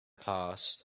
past